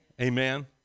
Amen